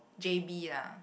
J_B lah